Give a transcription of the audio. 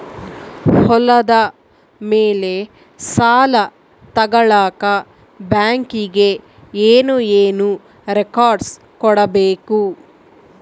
ಹೊಲದ ಮೇಲೆ ಸಾಲ ತಗಳಕ ಬ್ಯಾಂಕಿಗೆ ಏನು ಏನು ರೆಕಾರ್ಡ್ಸ್ ಕೊಡಬೇಕು?